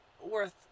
worth